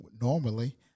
normally